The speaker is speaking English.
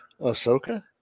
ahsoka